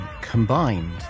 combined